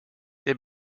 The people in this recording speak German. der